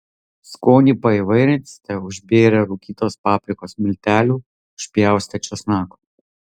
skonį paįvairinsite užbėrę rūkytos paprikos miltelių užpjaustę česnako